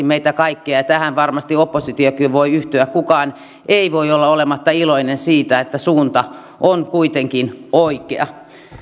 meitä kaikkia ja tähän varmasti oppositiokin voi yhtyä kukaan ei voi olla olematta iloinen siitä että suunta on kuitenkin oikea